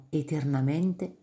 eternamente